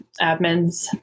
admins